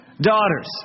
daughters